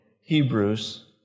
Hebrews